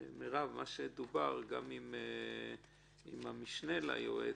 מרב, מה שדובר עם המשנה ליועץ,